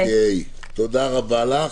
תודה רבה לך.